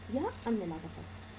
यह अन्य लागत है